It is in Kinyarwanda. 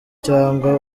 cyangwa